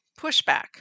pushback